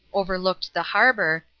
overlooked the harbour,